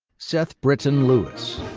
seth britton lewis.